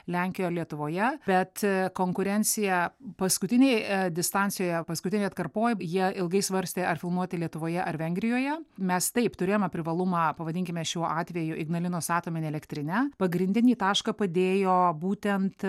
lenkijoje lietuvoje bet konkurenciją paskutinėje distancijoje paskutinėj atkarpoj jie ilgai svarstė ar filmuoti lietuvoje ar vengrijoje mes taip turėjome privalumą pavadinkime šiuo atveju ignalinos atominę elektrinę pagrindinį tašką padėjo būtent